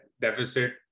deficit